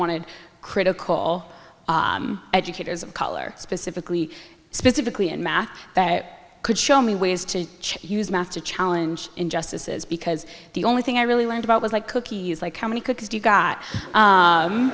wanted critical educators of color specifically specifically in math that could show me ways to use math to challenge injustices because the only thing i really learned about was like cookies like how many cookies do you got